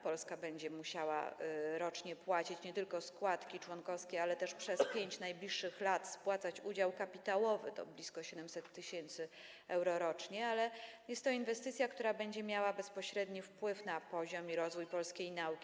Polska będzie musiała rocznie płacić nie tylko składki członkowskie, ale też przez 5 najbliższych lat spłacać udział kapitałowy - to blisko 700 tys. euro rocznie - jednak jest to inwestycja, która będzie miała bezpośredni wpływ na poziom i rozwój polskiej nauki.